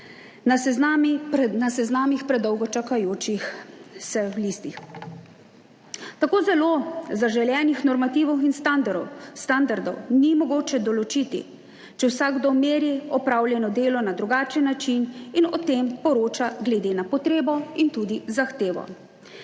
na seznamih predolgo čakajočih. V listih tako zelo zaželenih normativov in standardov, standardov ni mogoče določiti, če vsakdo meri opravljeno delo na drugačen način in o tem poroča glede na potrebo in tudi zahtevo.